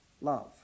love